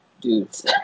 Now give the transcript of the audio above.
dudes